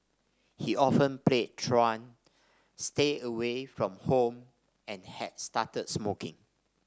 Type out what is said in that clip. he often played truant stayed away from home and had started smoking